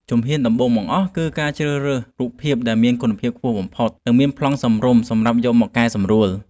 ជំហ៊ានដំបូងបង្អស់គឺការជ្រើសរើសរូបភាពដែលមានគុណភាពខ្ពស់បំផុត និងមានប្លង់សមរម្យសម្រាប់យកមកកែសម្រួល។